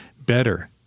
better